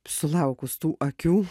sulaukus tų akių